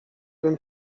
bym